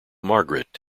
margaret